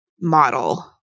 model